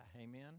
Amen